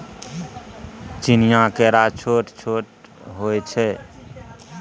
चीनीया केरा छोट छोट होइ छै